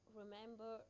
remember